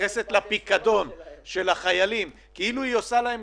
מתייחסת לפיקדון של החיילים כאילו היא עושה להם